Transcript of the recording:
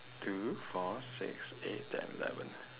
two four six eight ten eleven